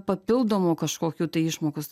papildomų kažkokių tai išmokos